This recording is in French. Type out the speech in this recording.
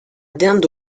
dinde